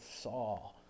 saw